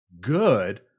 good